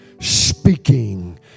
speaking